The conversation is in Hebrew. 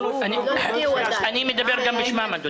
אני מדבר גם בשמם.